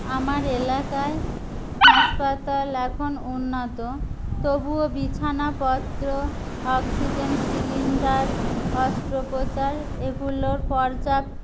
আমার এলাকায় হাসপাতাল এখন উন্নত তবুও বিছানাপত্র অক্সিজেন সিলিন্ডার অস্ত্রোপচার এগুলোর পর্যাপ্ত